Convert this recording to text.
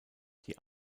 die